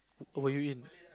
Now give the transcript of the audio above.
were you in